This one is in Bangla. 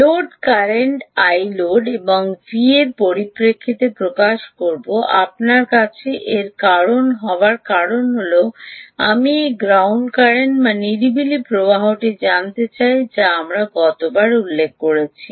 লোড কারেন্ট iload এবার আমি ভি এর পরিপ্রেক্ষিতে প্রকাশ করব আপনার কাছে এর কারণ হবার কারণ হল আমি এই গ্রাউন্ড কারেন্ট বা তুচ্ছ প্রবাহটি আনতে চাই যা আমরা গতবার উল্লেখ করেছি